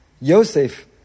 Yosef